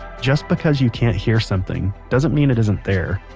just because you can't hear something doesn't mean it isn't there.